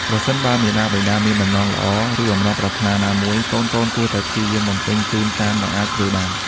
ប្រសិនបើមាតាបិតាមានបំណងល្អ ឬបំណងប្រាថ្នាណាមួយ កូនៗគួរតែព្យាយាមបំពេញជូនតាមដែលអាចធ្វើបាន។